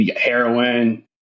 Heroin